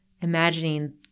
imagining